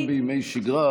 גם בימי שגרה,